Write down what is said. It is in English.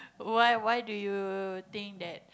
why why do you think that